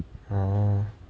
!huh!